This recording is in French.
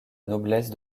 noblesse